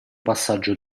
passaggio